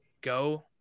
go